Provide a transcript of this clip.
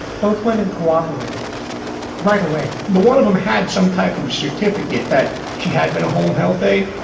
both women cooperated right away the one of them had some type of certificate that she had been a home health aide.